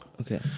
Okay